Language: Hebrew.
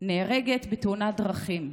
נהרגת בתאונת דרכים.